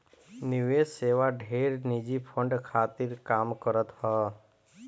निवेश सेवा ढेर निजी फंड खातिर काम करत हअ